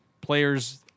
Players